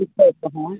ᱯᱤᱴᱷᱟᱹ ᱠᱚᱦᱚᱸ